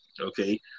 Okay